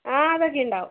ആഹ് അതൊക്കെ ഉണ്ടാവും